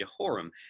Jehoram